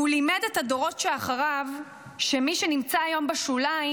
הוא לימד את הדורות שאחריו שמי שנמצא היום בשוליים,